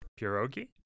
Pierogi